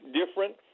different